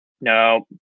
no